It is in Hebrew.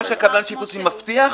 מה שקבלן שיפוצים מבטיח,